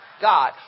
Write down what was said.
God